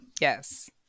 yes